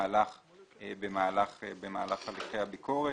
במהלך הליכי הביקורת.